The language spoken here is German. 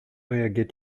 reagiert